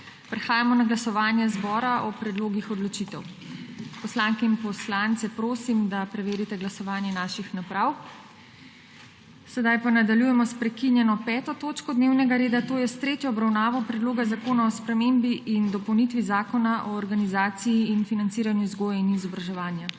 Prehajamo na glasovanje zbora o predlogih odločitev. Poslanke in poslance prosim, da preverite glasovanje naših naprav. **Nadaljujemo s prekinjeno 5. točko dnevnega reda, to je s tretjo obravnavo Predloga zakona o spremembi in dopolnitvi Zakona o organizaciji in financiranju vzgoje in izobraževanja.**